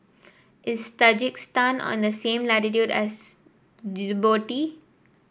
is Tajikistan on the same latitude as Djibouti